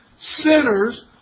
sinners